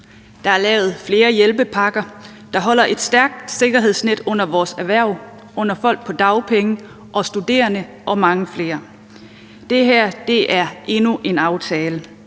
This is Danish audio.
Der er lavet flere hjælpepakker, der holder et stærkt sikkerhedsnet under vores erhverv, under folk på dagpenge og studerende og mange flere. Det her er endnu en aftale.